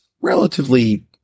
relatively